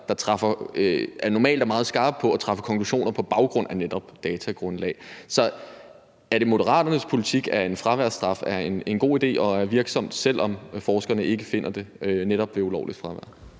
der normalt er meget skarpe på at drage konklusioner på baggrund af netop datagrundlag. Er det Moderaternes politik, at en fraværsstraf er en god idé og er virksom, selv om forskerne ikke finder det, netop ved ulovligt fravær?